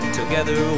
together